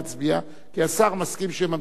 כי השר מסכים שממשיכים לדבר,